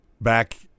back